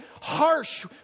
harsh